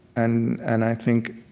and and i think